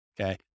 okay